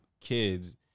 kids